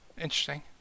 Interesting